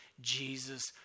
Jesus